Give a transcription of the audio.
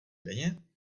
denně